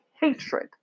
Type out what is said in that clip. hatred